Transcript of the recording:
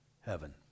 heaven